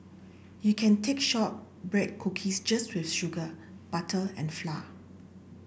you can take short break cookies just with sugar butter and